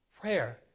prayer